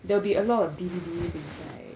there will be a lot of D_V_Ds inside